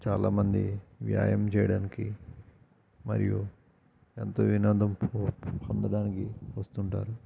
చాలామంది వ్యాయామం చేయడానికి మరియు ఎంతో వినోదం పొ పొందడానికి వస్తుంటారు